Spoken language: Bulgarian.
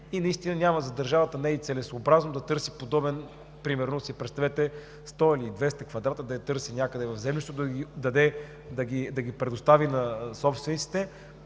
отчуждавани, за държавата не е и целесъобразно да търси подобен. Примерно си представете 100 или 200 квадрата да ги търси някъде в землището и да ги предостави на собствениците!